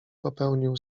popełnił